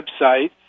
website